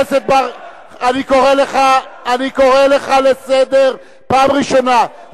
אתה לא תסתום לאף אחד את הפה.